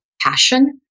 passion